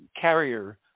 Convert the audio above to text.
carrier